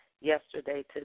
yesterday